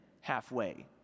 halfway